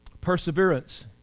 perseverance